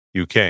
UK